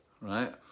right